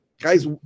guys